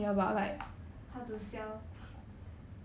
!huh! lesson for this ah